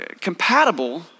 compatible